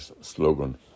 slogan